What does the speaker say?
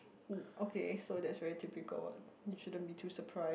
mm okay so that's very typical one you shouldn't be too surprised